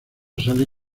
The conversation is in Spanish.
sale